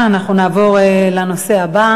בקרוב.